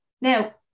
Now